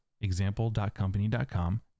example.company.com